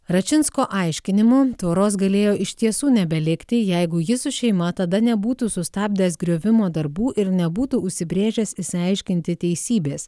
račinsko aiškinimu tvoros galėjo iš tiesų nebelikti jeigu jis su šeima tada nebūtų sustabdęs griovimo darbų ir nebūtų užsibrėžęs išsiaiškinti teisybės